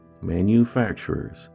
manufacturers